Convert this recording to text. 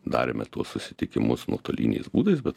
darėme tuos susitikimus nuotoliniais būdais bet